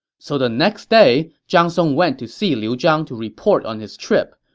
so the next day, zhang song went to see liu zhang to report on his trip.